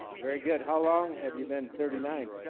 very good how long have you been thirty nine?